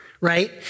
right